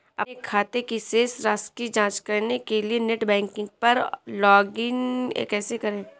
अपने खाते की शेष राशि की जांच करने के लिए नेट बैंकिंग पर लॉगइन कैसे करें?